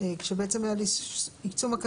יש הגדרה של